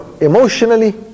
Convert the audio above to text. emotionally